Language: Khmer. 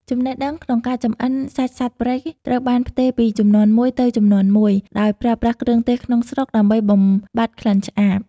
ចំណេះដឹងក្នុងការចម្អិនសាច់សត្វព្រៃត្រូវបានផ្ទេរពីជំនាន់មួយទៅជំនាន់មួយ ដោយប្រើប្រាស់គ្រឿងទេសក្នុងស្រុកដើម្បីបំបាត់ក្លិនឆ្អាប។